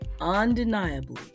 undeniably